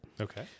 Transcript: Okay